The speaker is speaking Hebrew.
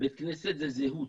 בית כנסת זה זהות,